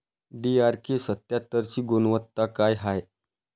DRK सत्यात्तरची गुनवत्ता काय हाय?